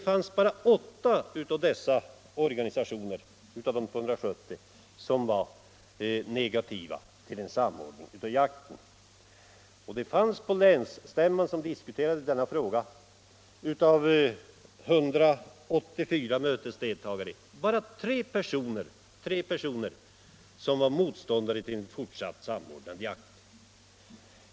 Men bara åtta av länets 270 organisationer var negativa till en samordning av jakten. På länsstämman, som diskuterade denna fråga, fanns det av 184 mötesdeltagare bara tre som var motståndare till en fortsatt samordnad jakt.